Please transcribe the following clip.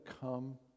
come